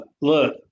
Look